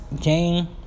game